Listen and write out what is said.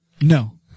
No